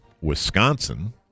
Wisconsin